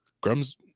Grum's